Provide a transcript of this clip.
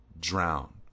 drown